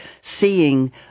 seeing